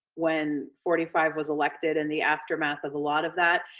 when forty five was elected and the aftermath of a lot of that,